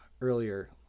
earlier